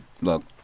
look